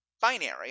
binary